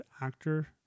actor